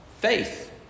faith